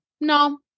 No